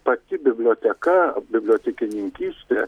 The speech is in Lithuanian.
pati biblioteka bibliotekininkystė